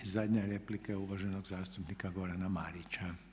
I zadnja replika je uvaženog zastupnika Gorana Marića.